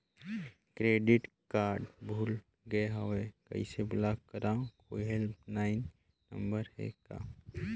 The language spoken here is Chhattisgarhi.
क्रेडिट कारड भुला गे हववं कइसे ब्लाक करव? कोई हेल्पलाइन नंबर हे का?